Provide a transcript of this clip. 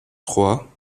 trois